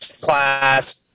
class